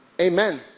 Amen